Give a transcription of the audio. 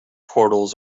portals